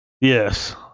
yes